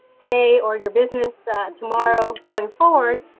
today or your business tomorrow going forward,